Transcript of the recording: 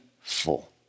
full